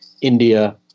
India